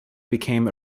became